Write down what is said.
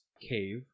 cave